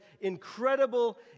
incredible